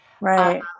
Right